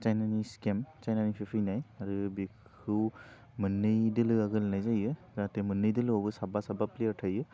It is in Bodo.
साइनानि स्केम साइनानिफ्राय फैनाय आरो बेखौ मोननै दोलोआ गेलेनाय जायो जाहाथे मोननै दोलोआवबो साबा साबा प्लेयार थायो